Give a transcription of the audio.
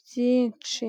byinshi.